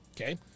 Okay